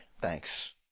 thanks